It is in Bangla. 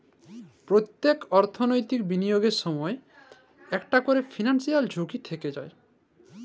প্যত্তেক অর্থলৈতিক বিলিয়গের সময়ই ইকট ক্যরে ফিলান্সিয়াল ঝুঁকি থ্যাকে যায়